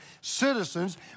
citizens